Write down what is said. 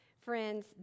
Friends